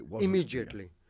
Immediately